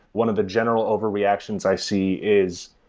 one of the general overreactions i see is,